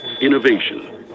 Innovation